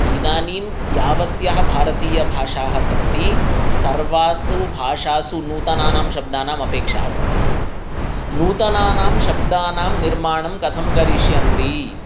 इदानीं यावत्याः भारतीयभाषाः सन्ति सर्वासु भाषासु नूतनानां शब्दानामपेक्षा अस्ति नूतनानां शब्दानां निर्माणं कथं करिष्यन्ति